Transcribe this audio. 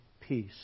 peace